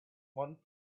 one